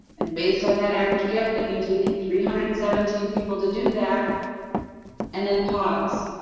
and based on that average gift, that means we need three hundred and seventeen people to do that and then pause.